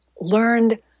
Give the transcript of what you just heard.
learned